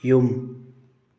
ꯌꯨꯝ